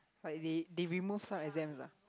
like they they remove some exams ah